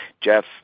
Jeff